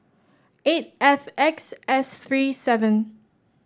eight F X S three seven